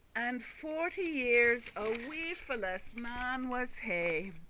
and forty years a wifeless man was he,